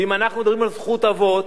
ואם אנחנו מדברים על זכות אבות,